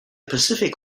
pacific